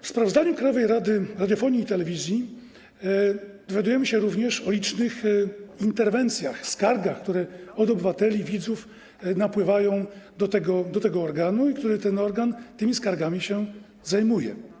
Ze sprawozdania Krajowej Rady Radiofonii i Telewizji dowiadujemy się również o licznych interwencjach i skargach, które od obywateli, widzów napływają do tego organu i którymi ten organ się zajmuje.